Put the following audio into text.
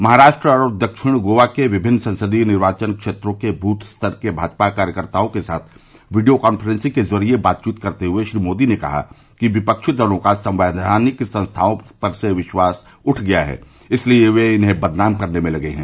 महाराष्ट्र और दक्षिण गोवा के विभिन्न संसदीय निर्वाचन क्षेत्रों के बूथ स्तर के भाजपा कार्यकर्ताओं के साथ वीडियो काफ्रेंसिंग के जरिए बातचीत करते हुए श्री मोदी ने कहा कि विपक्षी दलों का संकैधानिक संस्थाओं पर से विश्वास उठ गया है इसीलिए वे इन्हें बदनाम करने में लगे हैं